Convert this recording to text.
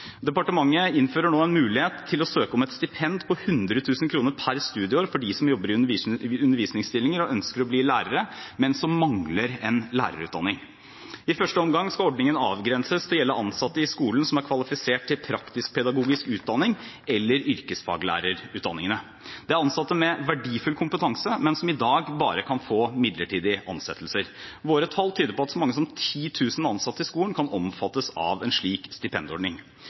Departementet innfører nå en mulighet til å søke om et stipend på 100 000 kr per studieår for dem som jobber i undervisningsstillinger og ønsker å bli lærere, men som mangler en lærerutdanning. I første omgang skal ordningen avgrenses til å gjelde ansatte i skolen som er kvalifisert til praktiskpedagogisk utdanning eller yrkesfaglærerutdanningene. Dette er ansatte med verdifull kompetanse, men som i dag bare kan få midlertidige ansettelser. Våre tall tyder på at så mange som 10 000 ansatte i skolen kan omfattes av en slik stipendordning.